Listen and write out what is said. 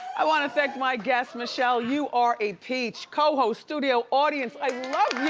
i wanna thank my guest, michelle. you are a peach. cohost studio audience, i love you!